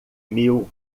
mil